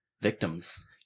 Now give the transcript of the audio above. victims